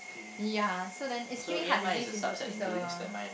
ya so then ischemic heart disease is a is a